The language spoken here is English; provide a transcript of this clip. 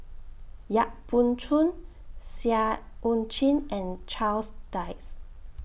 Yap Boon Chuan Seah EU Chin and Charles Dyce